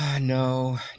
No